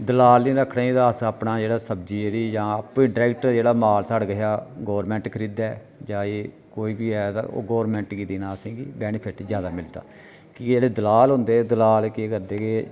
दलाल नी रक्खने ते अस अपना जेह्ड़ा सब्जी जेह्ड़ी जां आपें डरैक्ट माल साढ़े कशा गौरमैंट खरीदै जां एह् कोई बी ऐ ते ओह् गौरमैंट गी देना असेंगी बैनीफेट ज्यादा मिलदा की जेह्ड़े दलाल होंदे दलाल केह् करदे के